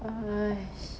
!hais!